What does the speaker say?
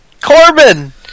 Corbin